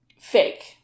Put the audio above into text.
fake